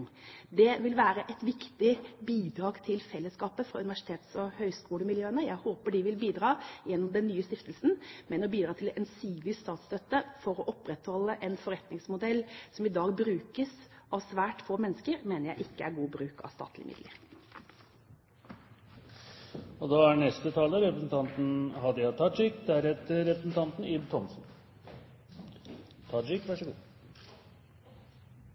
Det vil være et viktig bidrag til fellesskapet fra universitets- og høyskolemiljøene. Jeg håper de vil bidra gjennom den nye stiftelsen, men å bidra til ensidig statsstøtte for å opprettholde en forretningsmodell som i dag brukes av svært få mennesker, mener jeg ikke er god bruk av statlige